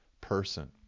person